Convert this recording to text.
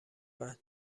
بعد